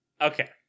Okay